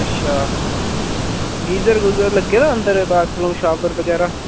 अच्छा गीजर गूजर लग्गे दा अंदर बाथरूम शावर बगैरा